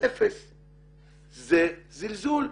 זה זלזול.